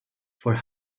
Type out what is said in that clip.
for